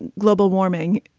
and global warming,